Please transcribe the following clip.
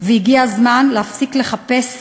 והגיע הזמן להפסיק לחפש